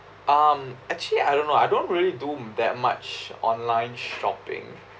um actually I don't know I don't really do that much online shopping